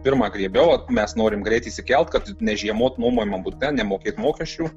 pirmą griebiau vat mes norim greitai įsikelt kad ne žiemot nuomojamam bute nemokėt mokesčių